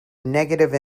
negative